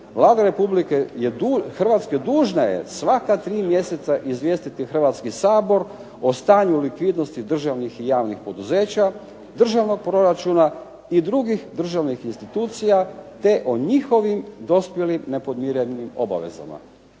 Vlada Republike Hrvatske dužna je sva ta 3 mjeseca izvijestiti Hrvatski sabor o stanju likvidnosti državnih i javnih poduzeća, državnog proračuna i drugih državnih institucija te o njihovim dospjelim nepodmirenim obvezama.